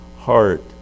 heart